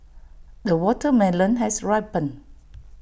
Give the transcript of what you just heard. the watermelon has ripened